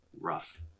rough